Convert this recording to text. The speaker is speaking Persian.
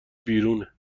بیرونه